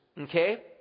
okay